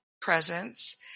presence